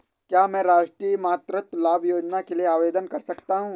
क्या मैं राष्ट्रीय मातृत्व लाभ योजना के लिए आवेदन कर सकता हूँ?